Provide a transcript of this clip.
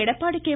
Edappadi K